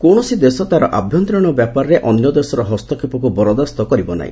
କୌଣସି ଦେଶ ତାର ଆଭ୍ୟନ୍ତରୀଣ ବ୍ୟାପାରରେ ଅନ୍ୟଦେଶର ହସ୍ତକ୍ଷେପକ୍ତ୍ ବରଦାସ୍ତ କରିବ ନାର୍ହି